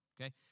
okay